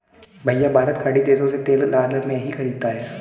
भैया भारत खाड़ी देशों से तेल डॉलर में ही खरीदता है